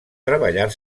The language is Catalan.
treballar